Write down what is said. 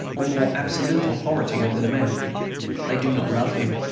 or more absolute authority over the men they do not love him,